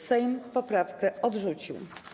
Sejm poprawkę odrzucił.